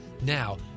Now